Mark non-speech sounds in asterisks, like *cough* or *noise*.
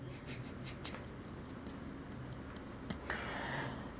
*breath*